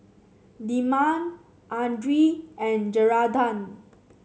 Dilmah Andre and Geraldton